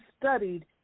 studied